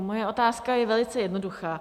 Moje otázka je velice jednoduchá.